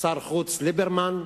שר חוץ, ליברמן,